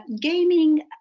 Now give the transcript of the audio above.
gaming